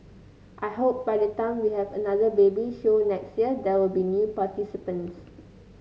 I hope by the time we have another baby show next year there will be new participants